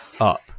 up